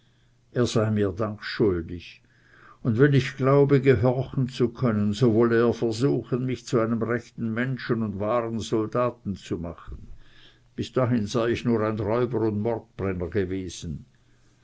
er sei mir dank schuldig und wenn ich glaube gehorchen zu können so wolle er versuchen mich zu einem rechten menschen und wahren soldaten zu machen bis dahin sei ich nur ein räuber und mordbrenner gewesen